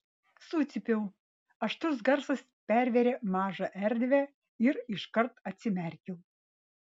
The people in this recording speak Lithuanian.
sucypiau aštrus garsas pervėrė mažą erdvę ir iškart atsimerkiau